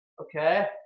okay